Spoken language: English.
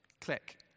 Click